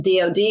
DOD